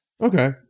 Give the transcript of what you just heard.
okay